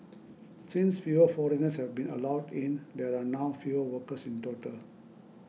since fewer foreigners have been allowed in there are now fewer workers in total